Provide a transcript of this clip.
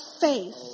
faith